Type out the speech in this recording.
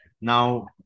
Now